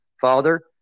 father